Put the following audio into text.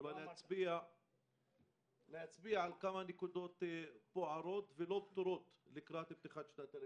להצביע על כמה נקודות בוערות ולא פתורות לקראת פתיחת שנת הלימודים,